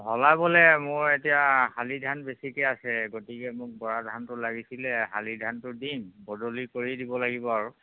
মোৰ এতিয়া শালি ধান বেছিকে আছে গতিকে মোক বৰা ধানটো লাগিছিলে শালি ধানটো দিম বদলি কৰি দিব লাগিব আৰু